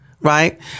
Right